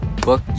Book